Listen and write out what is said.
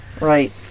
right